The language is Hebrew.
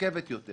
ומורכבת יותר